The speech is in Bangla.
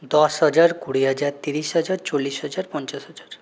দশ হাজার কুড়ি হাজার তিরিশ হাজার চল্লিশ হাজার পঞ্চাশ হাজার